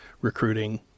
recruiting